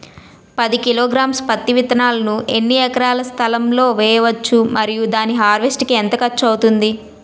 పది కిలోగ్రామ్స్ పత్తి విత్తనాలను ఎన్ని ఎకరాల స్థలం లొ వేయవచ్చు? మరియు దాని హార్వెస్ట్ కి ఎంత ఖర్చు అవుతుంది?